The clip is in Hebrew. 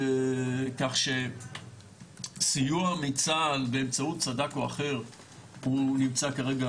כך שסיוע מצה"ל באמצעות סד"כ או אחר הוא נמצא כרגע